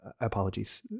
apologies